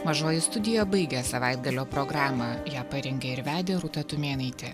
mažoji studija baigia savaitgalio programą ją parengė ir vedė rūta tumėnaitė